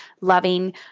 loving